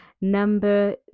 Number